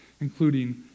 including